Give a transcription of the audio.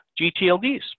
GTLDs